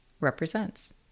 Represents